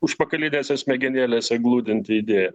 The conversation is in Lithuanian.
užpakalinėse smegenėlėse glūdinti idėja